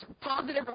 positive